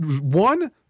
one